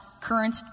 current